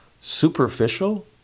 Superficial